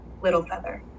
Littlefeather